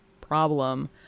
problem